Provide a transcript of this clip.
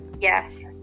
yes